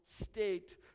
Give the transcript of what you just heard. state